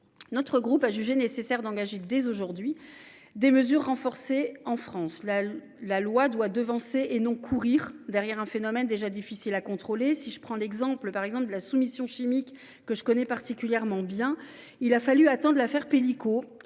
Notre groupe a jugé nécessaire d’engager dès aujourd’hui la mise en œuvre en France de mesures renforcées : la loi doit devancer et non courir derrière un phénomène déjà difficile à contrôler. Je prends l’exemple de la soumission chimique, que je connais particulièrement bien : il a fallu attendre l’affaire Pelicot